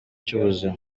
cy’ubuzima